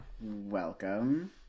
welcome